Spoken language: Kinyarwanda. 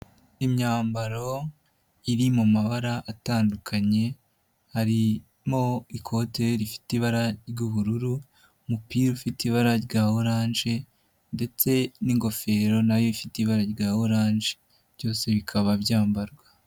Imyambaro iri mu mabara atandukanye, harimo ikote rifite ibara ry'ubururu, umupira ufite ibara rya oranje ndetse n'ingofero na yo ifite ibara rya oranje, byose bikaba byambarwa.